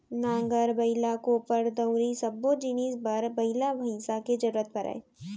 नांगर, बइला, कोपर, दउंरी सब्बो जिनिस बर बइला भईंसा के जरूरत परय